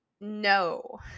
No